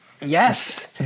Yes